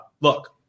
look